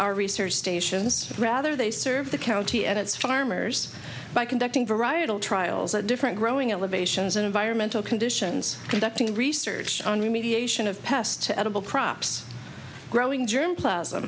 our research stations rather they serve the county and its farmers by conducting parietal trials at different growing elevations in environmental conditions conducting research on remediation of past edible crops growing germpla